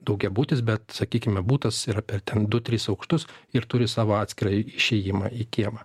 daugiabutis bet sakykime butas yra per ten du tris aukštus ir turi savo atskirą išėjimą į kiemą